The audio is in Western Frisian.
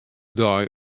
dei